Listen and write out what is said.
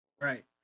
Right